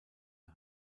der